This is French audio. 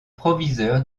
proviseur